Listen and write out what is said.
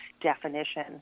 definition